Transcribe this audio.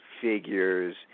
figures